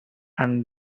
and